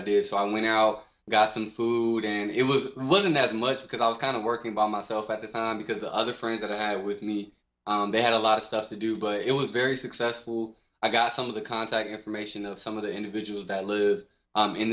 do so i went out got some food and it was living that much because i was kind of working by myself at the time because the other friends that i would meet they had a lot of stuff to do but it was very successful i got some of the contact information of some of the individuals that live